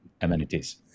amenities